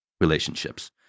relationships